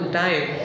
time